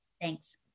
Thanks